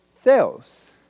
theos